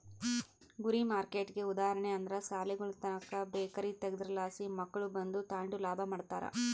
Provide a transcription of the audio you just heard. ಗುರಿ ಮಾರ್ಕೆಟ್ಗೆ ಉದಾಹರಣೆ ಅಂದ್ರ ಸಾಲಿಗುಳುತಾಕ ಬೇಕರಿ ತಗೇದ್ರಲಾಸಿ ಮಕ್ಳು ಬಂದು ತಾಂಡು ಲಾಭ ಮಾಡ್ತಾರ